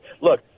Look